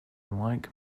like